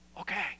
Okay